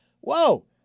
whoa